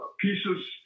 pieces